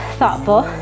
thoughtful